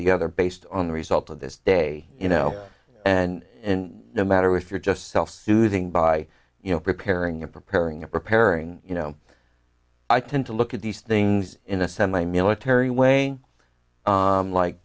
the other based on the result of this day you know and in no matter if you're just self soothing by you know preparing a preparing a preparing you know i tend to look at these things in a semi military way like